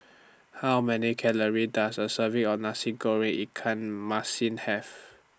How Many Calories Does A Serving of Nasi Goreng Ikan Masin Have